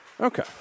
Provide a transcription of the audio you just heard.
Okay